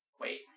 wait